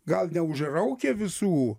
gal neužraukė visų